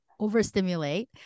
overstimulate